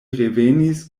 revenis